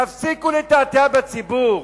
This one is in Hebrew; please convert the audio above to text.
תפסיקו לתעתע בציבור.